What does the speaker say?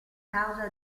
causa